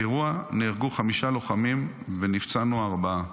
באירוע נהרגו חמישה לוחמים, ונפצענו ארבעה".